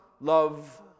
love